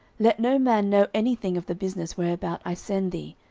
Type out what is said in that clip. let no man know any thing of the business whereabout i send thee,